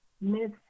Miss